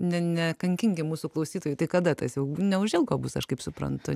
ne nekankinkim mūsų klausytojų tai kada tas jau neužilgo bus aš kaip suprantu